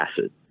acid